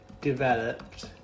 Developed